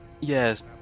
Yes